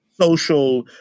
social